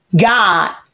God